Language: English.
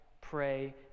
pray